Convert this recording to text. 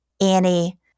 Annie